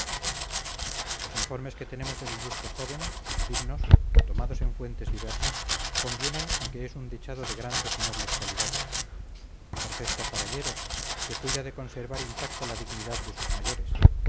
los informes que tenemos del ilustre joven fidedignos tomados en fuentes diversas convienen en que es un dechado de grandes y nobles cualidades perfecto caballero que cuida de conservar intacta la dignidad de sus mayores